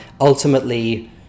ultimately